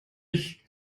ich